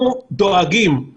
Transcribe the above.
אנחנו דואגים,